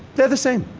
they're the same.